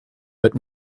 but